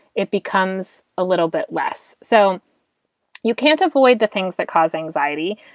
it becomes a little bit less. so you can't avoid the things that cause anxiety.